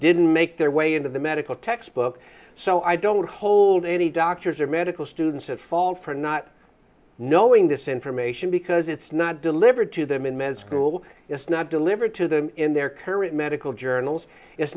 didn't make their way into the medical textbook so i don't hold any doctors or medical students at fault for not knowing this information because it's not delivered to them in med school it's not delivered to them in their current medical journals it's